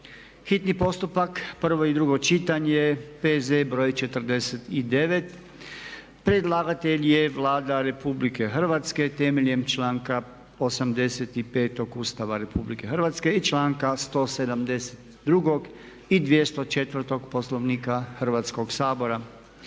hitni postupak, prvo i drugo čitanje, P.Z.BR.49. Predlagatelj je Vlada Republike Hrvatske temeljem članka 85. Ustava RH i članka 172.i 204. Poslovnika Hrvatskog sabora.